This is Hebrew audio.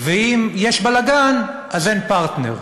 ואם יש בלגן, אז אין פרטנר.